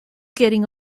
getting